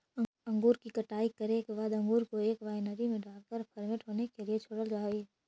अंगूर की कटाई करे के बाद अंगूर को एक वायनरी में डालकर फर्मेंट होने के लिए छोड़ल जा हई